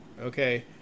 Okay